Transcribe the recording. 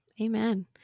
Amen